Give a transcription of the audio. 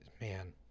Man